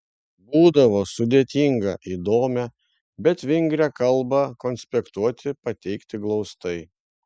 būdavo sudėtinga įdomią bet vingrią kalbą konspektuoti pateikti glaustai